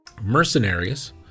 mercenaries